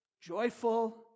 joyful